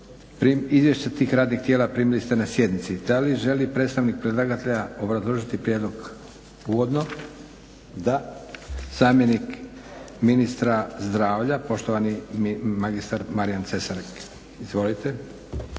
Izvješća tih radnih tijela primili ste na sjednici. Da li želi predstavnik predlagatelja obrazložiti prijedlog uvodno? Da. Zamjenik ministra zdravlja, poštovani magistar Marijan Cesarek. Izvolite.